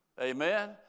Amen